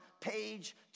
page